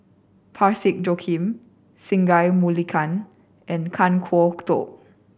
Parsick Joaquim Singai Mukilan and Kan Kwok Toh